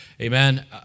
amen